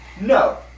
No